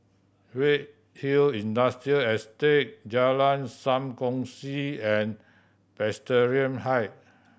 Redhill Industrial Estate Jalan Sam Kongsi and Presbyterian High